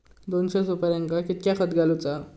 दोनशे सुपार्यांका कितक्या खत घालूचा?